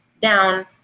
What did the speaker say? down